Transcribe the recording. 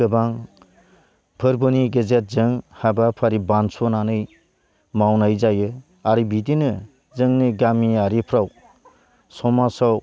गोबां फोरबोनि गेजेरजों हाबाफारि बानस'नानै मावनाय जायो आरो बिदिनो जोंनि गामियारिफ्राव समाजाव